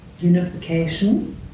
unification